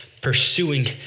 pursuing